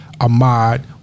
Ahmad